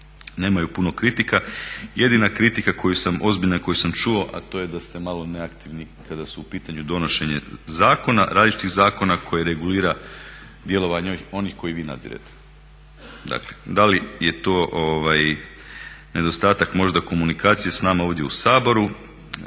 nemaju puno kritika. Jedina kritika koju sam, ozbiljna koju sam čuo, a to je da ste malo neaktivni kada su u pitanju donošenje zakona, različitih zakona koje regulira djelovanje onih koje vi nadzirete. Dakle da li je to nedostatak možda komunikacije s nama ovdje u Saboru,